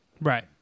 Right